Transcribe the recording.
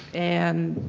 and